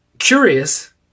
Curious